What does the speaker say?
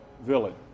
villain